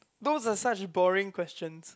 those are such boring questions